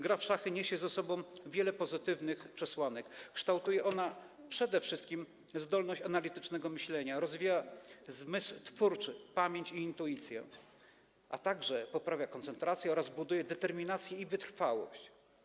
Gra w szachy niesie ze sobą wiele pozytywnych przesłanek, kształtuje ona przede wszystkim zdolność analitycznego myślenia, rozwija zmysł twórczy, pamięć i intuicję, a także poprawia koncentrację oraz buduje determinację i wytrwałość.